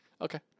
okay